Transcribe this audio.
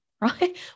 right